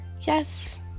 yes